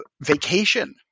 vacation